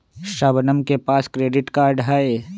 शबनम के पास credit card हई